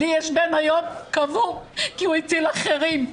לי יש בן היום קבור כי הוא הציל אחרים.